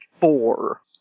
four